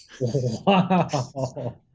Wow